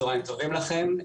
צהרים טובים לכם.